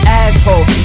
asshole